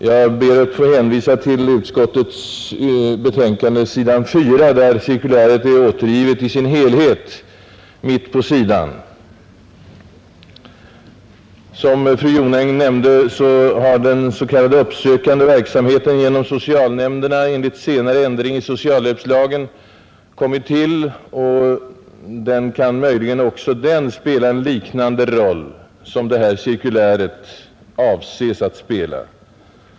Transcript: Jag ber att få hänvisa till utskottets betänkande, där cirkuläret är återgivet i dess helhet mitt på s. 4. Som fru Jonäng nämnde har den s.k. uppsökande verksamheten genom socialnämnderna enligt senare ändring i socialhjälpslagen kommit till, och den kan möjligen också spela en roll liknande den som det här cirkuläret avses spela.